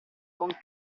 con